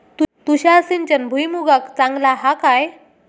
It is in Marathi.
तुषार सिंचन भुईमुगाक चांगला हा काय?